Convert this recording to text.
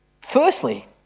Firstly